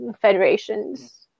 Federations